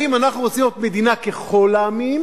האם אנחנו רוצים להיות מדינה ככל העמים,